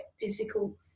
physical